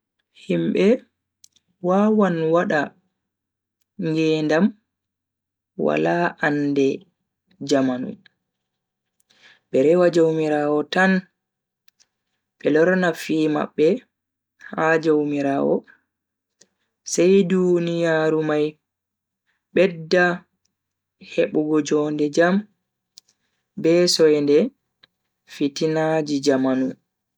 Himbe wawan wada ngedam wala ande jamanu, be rewa jaumiraawo tan. be lorna fi mabbe ha jaumiraawo sai duniyaaru mai bedda hebugo jonde jam be soinde fitina jamanu.